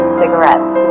cigarettes